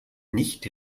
nicht